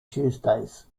tuesdays